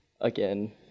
Again